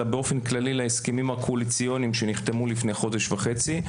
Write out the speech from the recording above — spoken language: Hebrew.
אלא באופן כללי להסכמים הקואליציוניים שנחתמו לפני חודש וחצי,